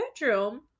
bedroom